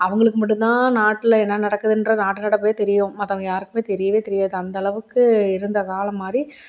அவங்களுக்கு மட்டும்தான் நாட்டில் என்ன நடக்குதுன்ற நாட்டு நடப்பே தெரியும் மற்றவங்க யாருக்குமே தெரியவே தெரியாது அந்த அளவுக்கு இருந்த காலம் மாதிரி